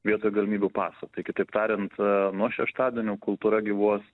vietoj galimybių paso tai kitaip tariant nuo šeštadienio kultūra gyvuos